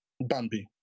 Bambi